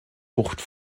bucht